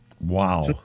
Wow